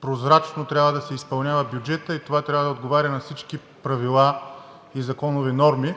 прозрачно трябва да се изпълнява бюджетът и това трябва да отговаря на всички правила и законови норми.